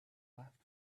laughed